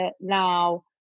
now